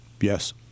Yes